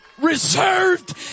reserved